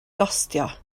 gostio